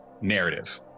narrative